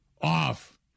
off